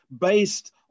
based